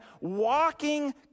walking